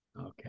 Okay